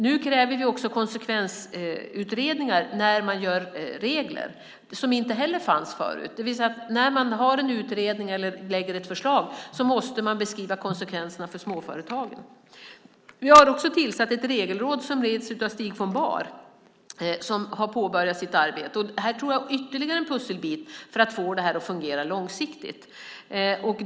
Nu kräver vi också konsekvensutredningar när man inför regler, och det är något som inte heller fanns förut. När man gör en utredning eller lägger fram ett förslag måste man beskriva konsekvenserna för småföretagen. Vi har också inrättat ett regelråd som leds av Stig von Bahr, som har påbörjat sitt arbete. Det är ytterligare en pusselbit för att få det att fungera långsiktigt.